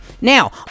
Now